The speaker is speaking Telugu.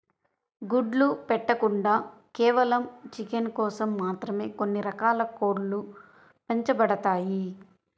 గుడ్లు పెట్టకుండా కేవలం చికెన్ కోసం మాత్రమే కొన్ని రకాల కోడ్లు పెంచబడతాయి